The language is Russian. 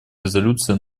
резолюции